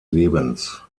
lebens